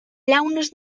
llaunes